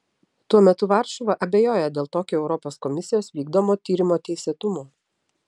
tuo metu varšuva abejoja dėl tokio europos komisijos vykdomo tyrimo teisėtumo